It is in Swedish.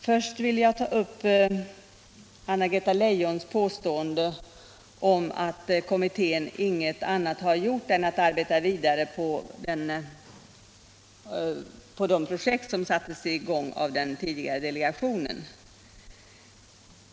Först vill jag ta upp Anna-Greta Leijons påstående att kommittén inget annat har gjort än arbetat vidare på projekt som sattes i gång av den tidigare delegationen.